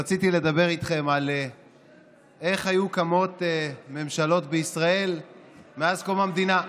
רציתי לדבר איתכם על איך היו קמות ממשלות בישראל מאז קום המדינה.